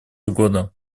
угодно